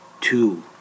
two